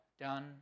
done